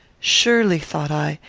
surely, thought i,